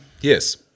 Yes